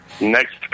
Next